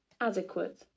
adequate